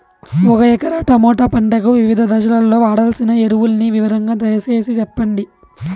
ఒక ఎకరా టమోటా పంటకు వివిధ దశల్లో వాడవలసిన ఎరువులని వివరంగా దయ సేసి చెప్పండి?